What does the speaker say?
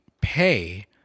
pay